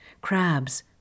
crabs